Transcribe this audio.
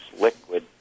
liquid